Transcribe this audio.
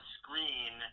screen